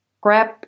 grab